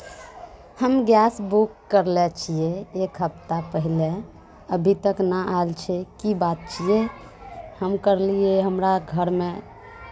हम gas book करलै छियै एक हफ्ता पहिले अभी तक नऽ आयल छै की बात छियै हम करलियै हमरा घरमे